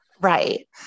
right